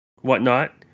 whatnot